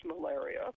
malaria